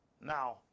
Now